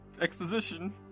exposition